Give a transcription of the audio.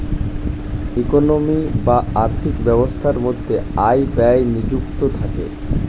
economy বা আর্থিক ব্যবস্থার মধ্যে আয় ব্যয় নিযুক্ত থাকে